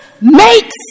makes